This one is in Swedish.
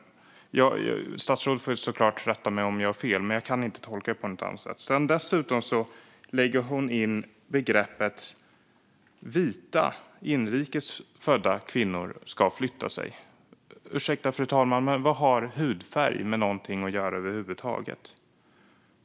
Statsrådet får såklart rätta mig om jag har fel, men jag kan inte tolka det på något annat sätt. Sedan säger hon dessutom att vita inrikes födda kvinnor ska flytta på sig. Ursäkta, fru talman, men vad har hudfärg att göra med någonting över huvud taget?